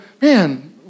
Man